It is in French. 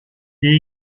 est